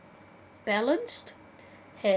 balanced and